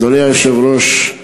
אדוני היושב-ראש,